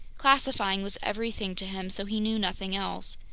classifying was everything to him, so he knew nothing else.